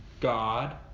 God